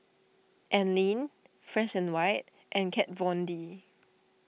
Anlene Fresh and White and Kat Von D